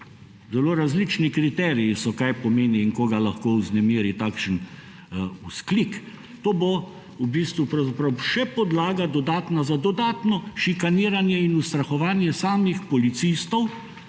Zelo različni kriteriji so, kaj pomeni in koga lahko vznemiri takšen vzklik. To bo v bistvu pravzaprav še podlaga za dodatno šikaniranje in ustrahovanje samih policistov,